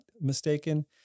mistaken